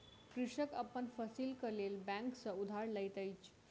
कृषक अपन फसीलक लेल बैंक सॅ उधार लैत अछि